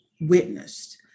witnessed